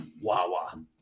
Wawa